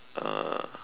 uh